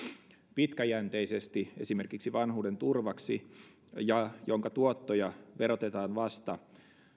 pitkäjänteisesti esimerkiksi vanhuuden turvaksi ja jonka tuottoja verotetaan vasta